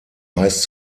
heißt